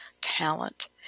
talent